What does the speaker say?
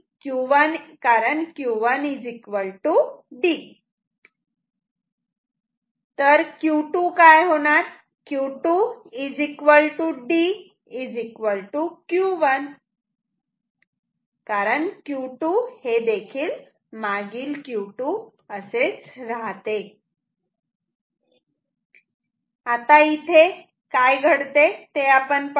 Q1 Q1 prev Q1 D Q2 D Q1 Q2 Q2 prev आता इथे काय घडते ते आपण पाहू